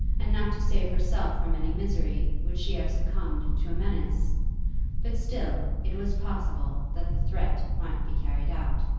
and not to save herself from any misery, would she have succumbed to a menace but still it was possible that the threat might be carried out.